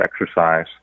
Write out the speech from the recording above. exercise